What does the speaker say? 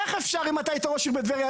איך אפשר אם אתה היית ראש עיר בטבריה,